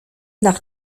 nach